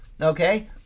okay